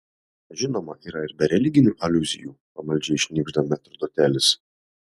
žinoma yra ir be religinių aliuzijų pamaldžiai šnibžda metrdotelis